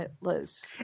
Liz